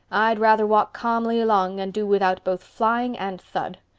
i'd rather walk calmly along and do without both flying and thud.